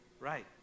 right